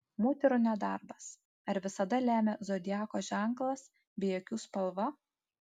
moterų nedarbas ar visada lemia zodiako ženklas bei akių spalva